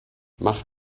mach